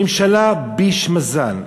ממשלה ביש מזל.